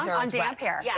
on damp hair. yeah